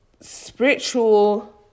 Spiritual